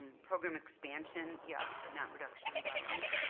program expansion yes, but not reduction in borrowing.